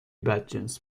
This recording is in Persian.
بدجنس